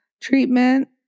treatment